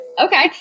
Okay